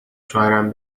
شوهرم